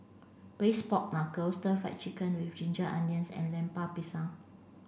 braised pork knuckle stir fried chicken with ginger onions and Lemper Pisang